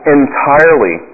entirely